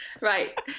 Right